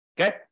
Okay